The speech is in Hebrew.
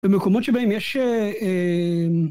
במקומות שבהם יש